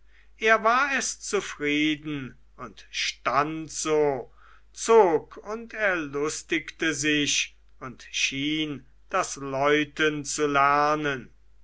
er war es zufrieden und stand so zog und erlustigte sich und schien das läuten zu lernen